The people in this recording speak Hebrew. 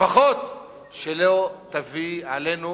לפחות שלא תביא עלינו